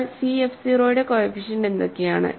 എന്നാൽ cf 0യുടെ coefficient എന്തൊക്കെയാണ്